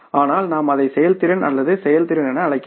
ஆனால் நாம் அதை செயல்திறன் அல்லது செயல்திறன் என அழைக்கலாம்